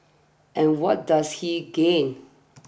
and what does he gain